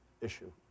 issue